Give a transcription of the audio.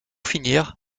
finir